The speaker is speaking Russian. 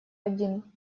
один